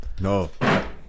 No